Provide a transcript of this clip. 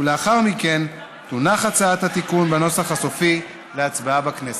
ולאחר מכן תונח הצעת התיקון בנוסח הסופי להצבעה בכנסת.